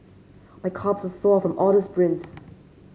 my calves are sore from all the sprints